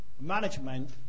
management